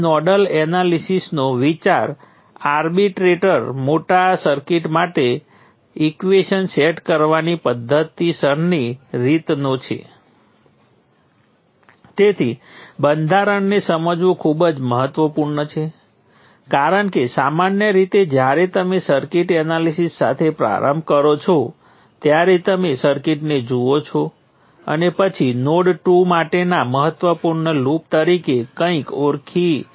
node 1 અને 2 માટેના મારા ત્રણ સમીકરણો કયા છે જેની વચ્ચે વોલ્ટેજ સ્રોત જોડાયેલ છે મારી પાસે એક જ સમીકરણ છે જે V1 ગુણ્યા G11 વત્તા V2 ગુણ્યા G22 વત્તા G23 ઓછા V3 ગુણ્યા G23 બરાબર I1 છે અને નોડ 3 માટે મારી પાસે પહેલા જેવું સમીકરણ છે